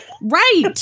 Right